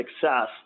success